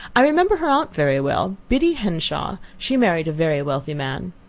i remember her aunt very well, biddy henshawe she married a very wealthy man.